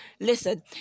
Listen